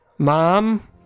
Mom